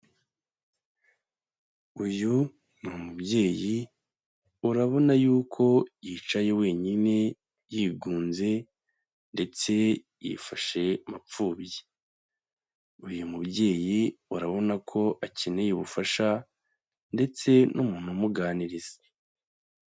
Uyu ni umubyeyi, urabona y'uko yicaye wenyine, yigunze ndetse yifashe mapfubyi. Uyu mubyeyi urabona ko akeneye ubufasha ndetse n'umuntu umuganiriza.